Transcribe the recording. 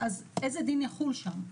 איזה דין יחול שם?